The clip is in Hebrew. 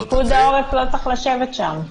פיקוד העורף לא צריך לשבת שם.